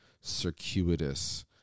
circuitous